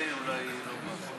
אולי בגלל זה היא לא באה.